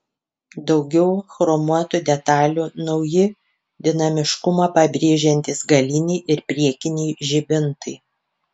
daugiau chromuotų detalių nauji dinamiškumą pabrėžiantys galiniai ir priekiniai žibintai